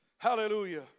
Hallelujah